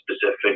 specific